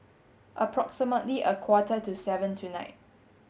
approximately a quarter to seven tonight